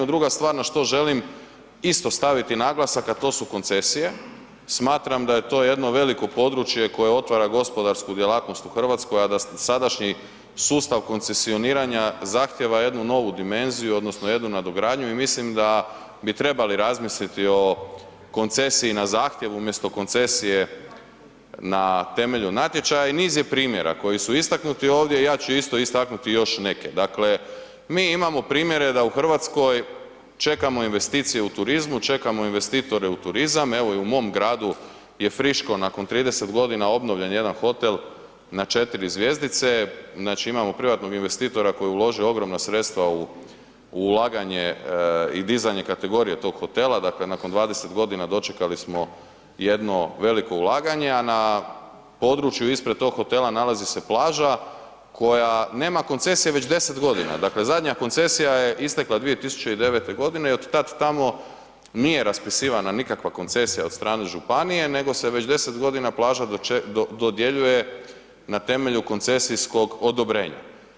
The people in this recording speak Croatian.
Druga stvar na što želim isto staviti naglasak, a to su koncesije, smatram da je to jedno veliko područje koje otvara gospodarsku djelatnost u RH, a da sadašnji sustav koncesioniranja zahtjeva jednu novu dimenziju odnosno jednu nadogradnju i mislim da bi trebali razmisliti o koncesiji na zahtjev umjesto koncesije na temelju natječaja i niz je primjera koji su istaknuti ovdje i ja ću isto istaknuti još neke, dakle mi imamo primjere da u RH čekamo investicije u turizmu, čekamo investitore u turizam, evo i u mom gradu je friško nakon 30.g. obnovljen jedan hotel na 4 zvjezdice, znači imamo privatnog investitora koji je uložio ogromna sredstva u, u ulaganje i dizanje kategorije tog hotela, dakle nakon 20.g. dočekali smo jedno veliko ulaganje, a na području ispred tog hotela nalazi se plaža koja nema koncesije već 10.g., dakle zadnja koncesija je istekla 2009.g. i otad tamo nije raspisivana nikakva koncesija od strane županije nego se već 10.g. plaža dodjeljuje na temelju koncesijskog odobrenja.